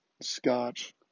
scotch